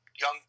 young